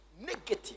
Negative